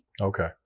Okay